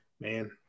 Man